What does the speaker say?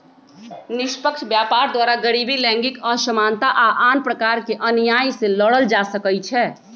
निष्पक्ष व्यापार द्वारा गरीबी, लैंगिक असमानता आऽ आन प्रकार के अनिआइ से लड़ल जा सकइ छै